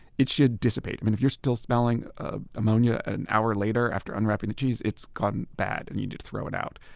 it should dissipate. if you're still smelling ah ammonia an hour later after unwrapping the cheese, it's gone bad and you need to throw it out.